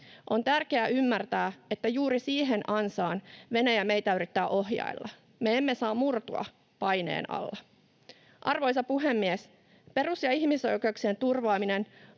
On tärkeää ymmärtää, että juuri siihen ansaan Venäjä meitä yrittää ohjailla. Me emme saa murtua paineen alla. Arvoisa puhemies! Perus- ja ihmisoikeuksien turvaaminen,